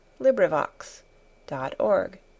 LibriVox.org